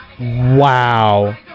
Wow